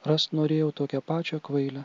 rast norėjau tokią pačią kvailę